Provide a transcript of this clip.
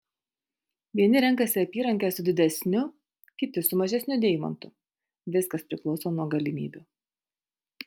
vieni renkasi apyrankę su didesniu kiti su mažesniu deimantu viskas priklauso nuo galimybių